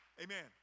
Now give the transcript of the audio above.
Amen